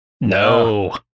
No